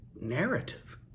narrative